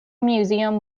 museum